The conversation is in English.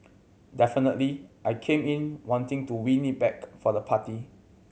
definitely I came in wanting to win it back for the party